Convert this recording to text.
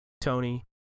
Tony